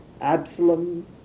Absalom